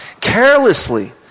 carelessly